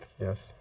Yes